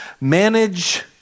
Manage